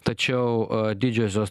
tačiau didžiosios